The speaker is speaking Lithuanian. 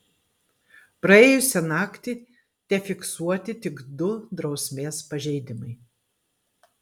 praėjusią naktį tefiksuoti tik du drausmės pažeidimai